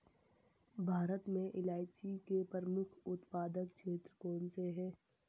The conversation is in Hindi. भारत में इलायची के प्रमुख उत्पादक क्षेत्र कौन से हैं?